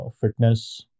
fitness